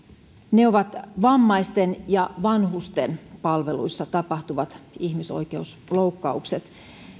ne ovat vammaisten ja vanhusten palveluissa tapahtuvat ihmisoikeusloukkaukset